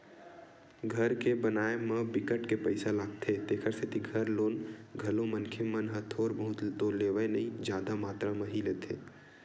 घर के बनाए म बिकट के पइसा लागथे तेखर सेती घर लोन घलो मनखे मन ह थोर बहुत तो लेवय नइ जादा मातरा म ही लेथे